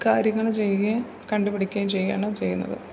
കാര്യങ്ങൾ ചെയ്യുകയും കണ്ട് പഠിക്കുകയു ചെയ്യുകയാണ് ചെയ്യുന്നത്